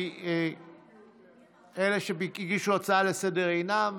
כי אלה שהגישו הצעה לסדר-היום אינם.